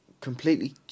Completely